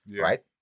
Right